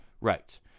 Right